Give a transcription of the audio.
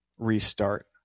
restart